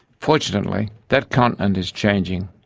fortunately that continent is changing,